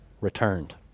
returned